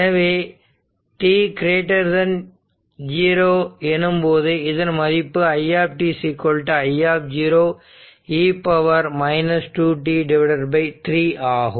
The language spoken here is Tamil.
எனவே t0 எனும்போது இதன் மதிப்பு i i e 2 t 3 ஆகும்